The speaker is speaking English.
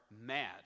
mad